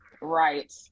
Right